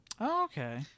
Okay